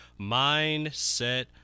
Mindset